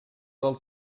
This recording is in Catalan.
del